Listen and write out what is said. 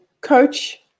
coach